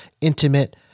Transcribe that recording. intimate